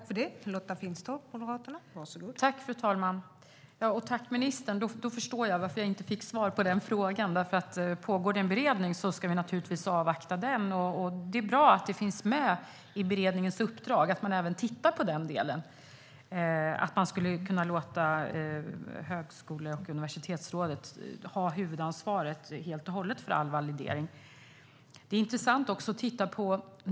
Fru talman! Då förstår jag varför jag inte fick svar på frågan. Det pågår en beredning, och vi ska naturligtvis avvakta den. Det är bra att det finns med i beredningens uppdrag att titta på frågan om att låta Universitets och högskolerådet ha huvudansvaret för all validering. Det är intressant att titta på Norge.